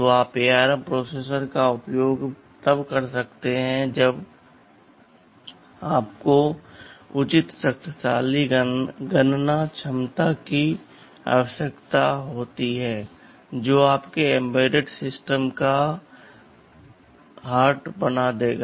तो आप ARM processor का उपयोग तब करते हैं जब आपको उचित शक्तिशाली गणना क्षमता की आवश्यकता होती है जो आपके एम्बेडेड सिस्टम का दिल बना देगा